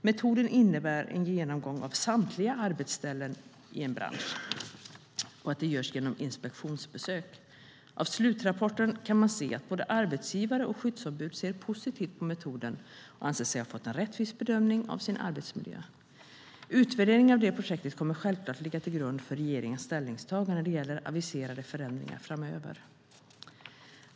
Metoden innebär att en genomgång av samtliga arbetsställen i en bransch görs genom inspektionsbesök. Av slutrapporten kan vi se att både arbetsgivare och skyddsombud ser positivt på metoden och anser sig ha fått en rättvis bedömning av sin arbetsmiljö. Utvärderingen av projektet kommer självfallet att ligga till grund för regeringens ställningstagande när det gäller aviserade förändringar framöver.